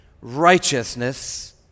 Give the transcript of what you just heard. righteousness